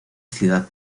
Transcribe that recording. ciudad